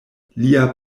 lia